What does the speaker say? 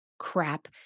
Crap